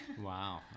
Wow